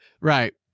Right